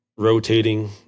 Rotating